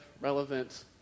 relevant